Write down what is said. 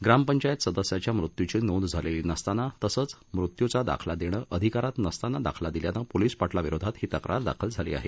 ग्रामपंचायत सदस्याच्या मृत्यूची नोंद झालेली नसतांना तसंच मृत्यूचा दाखला देणं अधिकारात नसतांना दाखला दिल्यानं पोलिस पा आ विरोधात ही तक्रार दाखल झाली आहे